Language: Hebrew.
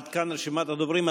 עד כאן רשימת הדוברים.